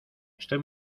estoy